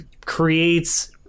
creates